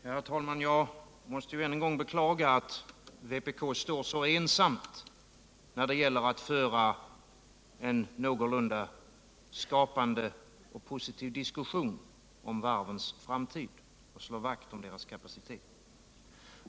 Herr talman! Jag måste än en gång beklaga att vpk står så ensamt när det gäller att föra en någorlunda skapande och positiv diskussion om varvens framtid och att slå vakt om deras kapacitet.